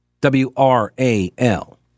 W-R-A-L